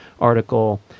article